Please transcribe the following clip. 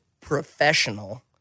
professional